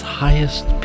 highest